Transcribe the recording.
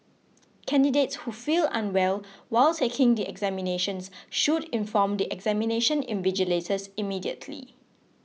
candidates who feel unwell while taking the examinations should inform the examination invigilators immediately